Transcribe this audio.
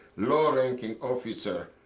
low ranking officer,